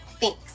thanks